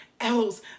else